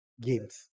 games